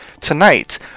Tonight